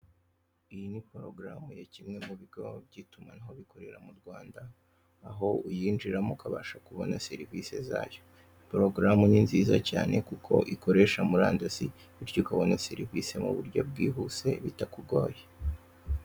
Iyi ni porugaramu ya kimwe mu bigo by'itumanaho bikorera mu Rwanda, aho uyinjiramo ukabasha kubona serivise zayo. Iyi porogaramu ni nziza cyane, kuko ikoresha murandasi bityo ukabona serivise mu buryo bwihuse bitakugoye.